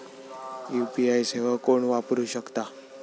UPI सेवा कोण वापरू शकता?